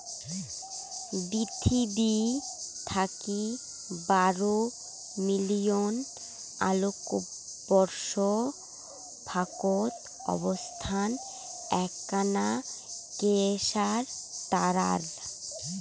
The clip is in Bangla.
পিথীবি থাকি বারো বিলিয়ন আলোকবর্ষ ফাকত অবস্থান এ্যাকনা কোয়েসার তারার